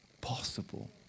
possible